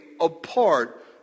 apart